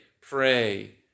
pray